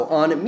on